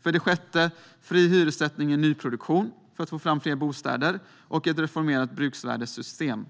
För det sjätte: Det behövs fri hyressättning i nyproduktion för att få fram fler bostäder och ett reformerat bruksvärdessystem.